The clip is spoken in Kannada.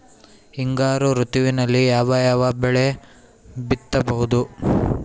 ಹಿಂಗಾರು ಋತುವಿನಲ್ಲಿ ಯಾವ ಯಾವ ಬೆಳೆ ಬಿತ್ತಬಹುದು?